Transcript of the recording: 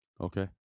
Okay